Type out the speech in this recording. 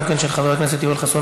גם כן של חבר הכנסת יואל חסון,